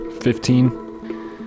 fifteen